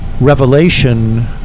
revelation